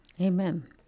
Amen